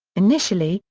initially,